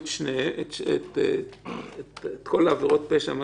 אתם רוצים שהמשטרה תיישם את החוק, אנחנו מסבירים.